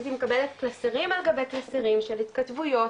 הייתי מקבלת קלסרים על גבי קלסרים של התכתבויות